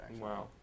Wow